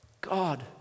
God